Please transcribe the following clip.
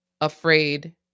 afraid